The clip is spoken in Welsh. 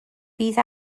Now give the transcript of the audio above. bydd